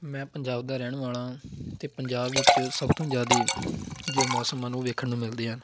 ਮੈਂ ਪੰਜਾਬ ਦਾ ਰਹਿਣ ਵਾਲਾ ਹਾਂ ਅਤੇ ਪੰਜਾਬ ਵਿੱਚ ਸਭ ਤੋਂ ਜ਼ਿਆਦਾ ਜੋ ਮੌਸਮ ਹਨ ਉਹ ਵੇਖਣ ਨੂੰ ਮਿਲਦੇ ਆ